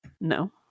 No